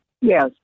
Yes